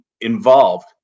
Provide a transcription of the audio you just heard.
involved